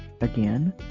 Again